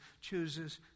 chooses